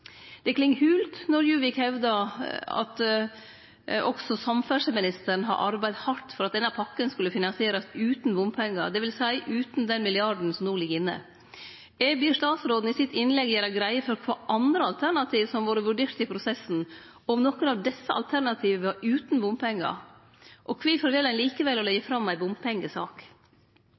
Det kling holt når Djuvik hevdar at også samferdsleministeren har arbeidd hardt for at denne pakken skulle finansierast utan bompengar, dvs. utan den milliarden som no ligg inne. Eg ber statsråden i innlegget sitt gjere greie for kva andre alternativ som har vore vurderte i prosessen, og om nokon av desse alternativa var utan bompengar. Og kvifor vel ein likevel å leggje fram ei bompengesak?